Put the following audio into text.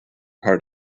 heart